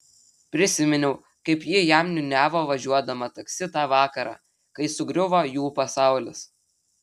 prisiminiau kaip ji jam niūniavo važiuodama taksi tą vakarą kai sugriuvo jų pasaulis